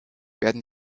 werden